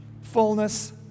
fullness